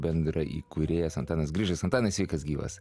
bendraįkūrėjas antanas grižas antanai sveikas gyvas